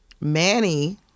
Manny